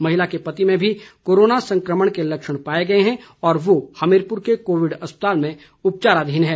महिला के पति में भी कोरोना संकमण के लक्षण पाये गए है वो हमीरपुर के कोविड अस्पताल में उपचाराधीन है